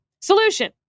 Solution